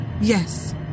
Yes